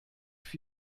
für